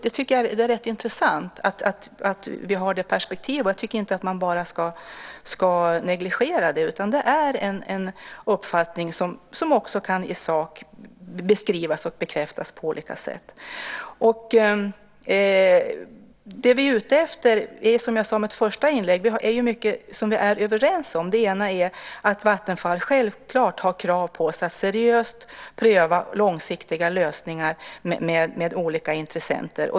Det är rätt intressant att vi har det perspektivet, och jag tycker inte att man bara ska negligera det. Det är en uppfattning som också i sak kan beskrivas och bekräftas på olika sätt. Som jag sade i mitt första inlägg är det mycket som vi är överens om. En sak är att Vattenfall självklart har krav på sig att seriöst pröva långsiktiga lösningar med olika intressenter.